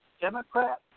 Democrat